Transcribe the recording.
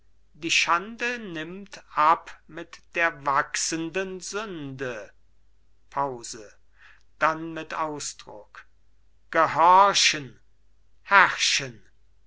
die schande nimmt ab mit der wachsenden sünde pause dann mit ausdruck gehorchen herrschen